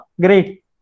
Great